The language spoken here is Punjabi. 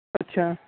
ਅੱਛਾ